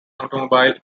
automobile